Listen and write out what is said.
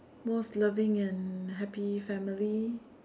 most loving and happy family